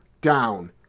down